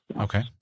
Okay